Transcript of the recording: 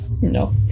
No